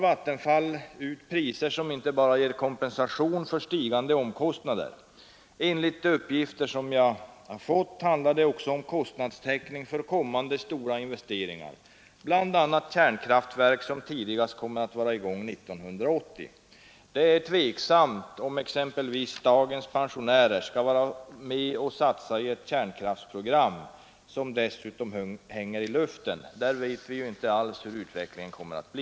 Vattenfall tar nu ut priser som inte bara ger kompensation för stigande omkostnader. Enligt uppgifter som jag fått handlar det också om kostnadstäckning för kommande stora investeringar, bl.a. kärnkraftverk som tidigast kommer att vara i gång 1980. Det är tveksamt om exempelvis dagens pensionärer skall vara med om att satsa i ett kärnkraftsprogram som dessutom hänger i luften. Vi vet ju inte alls hur utvecklingen kommer att bli.